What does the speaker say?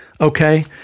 Okay